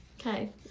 Okay